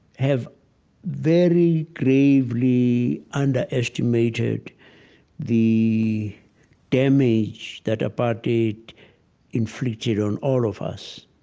have very gravely underestimated the damage that apartheid inflicted on all of us.